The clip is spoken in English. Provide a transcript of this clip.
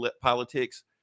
politics